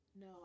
No